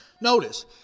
Notice